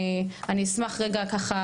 אני אשמח רגע ככה